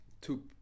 two